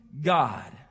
God